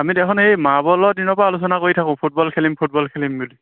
আমি দেখোন এই মাৰ্বলৰ দিনৰপৰা আলোচনা কৰি থাকোঁ ফুটবল খেলিম ফুটবল খেলিম বুলি